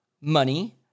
money